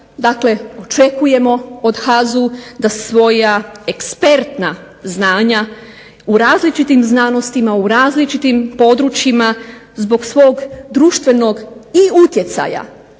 Dakle, očekujemo od HAZU da svoja ekspertna znanja u različitim znanostima, u različitim područjima zbog svog društvenog i utjecaja